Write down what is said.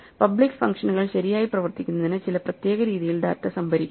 public ഫംഗ്ഷനുകൾ ശരിയായി പ്രവർത്തിക്കുന്നതിന് ചില പ്രത്യേക രീതിയിൽ ഡാറ്റ സംഭരിക്കുന്നു